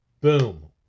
boom